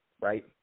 right